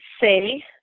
say